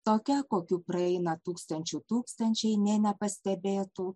tokia kokių praeina tūkstančių tūkstančiai nė nepastebėtų